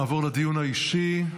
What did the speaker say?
נעבור לדיון האישי.